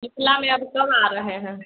मिथिला में अब कम आ रहे हैं